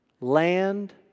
Land